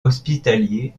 hospitalier